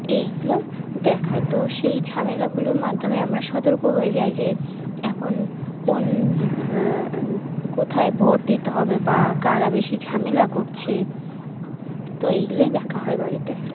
এইগুলো দেখায় তো সেই ঝামেলাগুলোর মাধ্যমে আমরা সতর্ক হয়ে যাই যে এখন কোন কোথায় ভোট দিতে হবে বা কারা বেশি ঝামেলা করছে তো এইগুলোই দেখা হয় বাড়িতে